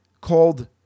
called